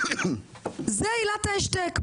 זאת עילת ההשתק.